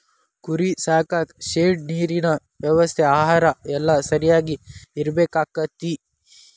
ಕುರಿ ಸಾಕಾಕ ಶೆಡ್ ನೇರಿನ ವ್ಯವಸ್ಥೆ ಆಹಾರಾ ಎಲ್ಲಾ ಸರಿಯಾಗಿ ಇರಬೇಕಕ್ಕತಿ